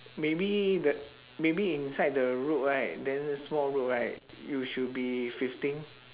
maybe the maybe inside the road right then the small road right you should be fifteen